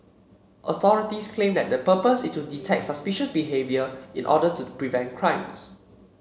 authorities claim that the purpose is to detect suspicious behaviour in order to prevent crimes